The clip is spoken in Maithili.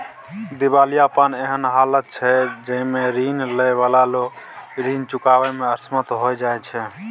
दिवालियापन एहन हालत छइ जइमे रीन लइ बला लोक रीन चुकाबइ में असमर्थ हो जाइ छै